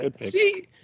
See